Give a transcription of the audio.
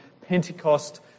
Pentecost